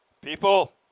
People